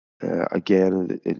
again